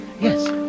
Yes